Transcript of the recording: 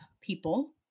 people